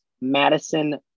Madison